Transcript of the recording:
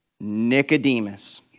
Nicodemus